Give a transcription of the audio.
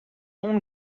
اون